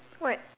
what